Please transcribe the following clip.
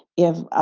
if ah